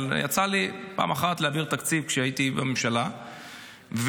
אבל יצא לי פעם אחת להעביר תקציב כשהייתי בממשלה ובין